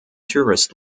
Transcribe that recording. tourist